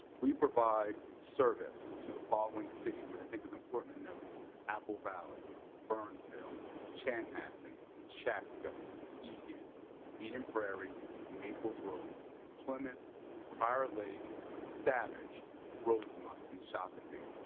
we provide service to the following cities and but i think it's important to note apple valley burnsville chanhassen shasta egan eden prairie maple grove plymouth prior lake savage rosemont and shakopee.